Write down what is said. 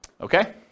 Okay